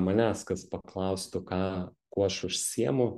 manęs kas paklaustų ką kuo aš užsiemu